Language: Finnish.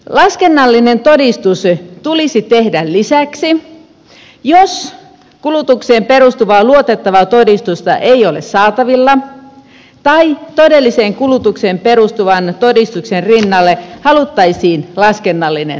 laskennallinen todistus tulisi tehdä lisäksi jos kulutukseen perustuvaa luotettavaa todistusta ei ole saatavilla tai todelliseen kulutukseen perustuvan todistuksen rinnalle haluttaisiin laskennallinen todistus